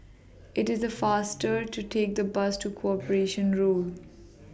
IT IS faster to Take The Bus to Corporation Road